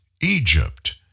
Egypt